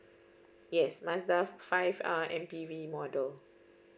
yes Mazda five uh M_P_V model